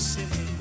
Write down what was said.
City